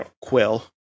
Quill